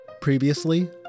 Previously